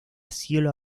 cielo